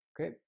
Okay